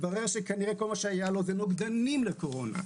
שכנראה שכל מה שהיה לו זה נוגדנים לקורונה,